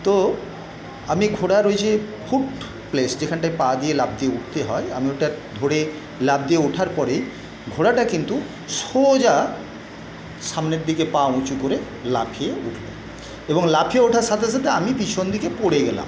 তো আমি ঘোড়ার ওই যে ফুট প্লেস যেখানটায় পা দিয়ে লাফ দিয়ে উঠতে হয় আমি ওটা ধরে লাফ দিয়ে ওঠার পরেই ঘোড়াটা কিন্তু সোজা সামনের দিকে পা উঁচু করে লাফিয়ে উঠলো এবং লাফিয়ে ওঠার সাথে সাথে আমি পিছন দিকে পড়ে গেলাম